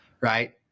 Right